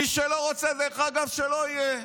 מי שלא רוצה, שלא יהיה.